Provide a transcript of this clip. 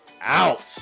out